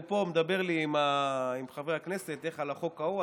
הוא פה מדבר לי עם חברי הכנסת על החוק ההוא,